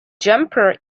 jumper